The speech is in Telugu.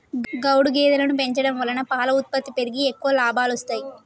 గౌడు గేదెలను పెంచడం వలన పాల ఉత్పత్తి పెరిగి ఎక్కువ లాభాలొస్తాయి